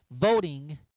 voting